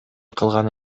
кылган